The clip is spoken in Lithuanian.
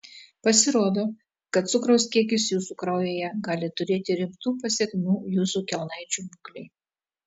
pasirodo kad cukraus kiekis jūsų kraujyje gali turėti rimtų pasekmių jūsų kelnaičių būklei